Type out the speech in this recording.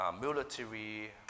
military